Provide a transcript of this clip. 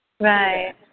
Right